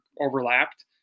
overlapped